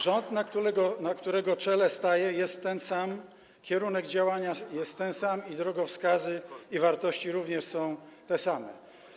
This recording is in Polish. Rząd, na którego czele staję, jest ten sam, kierunek działania jest ten sam i drogowskazy i wartości również są te same.